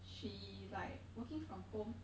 she like working from home